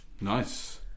nice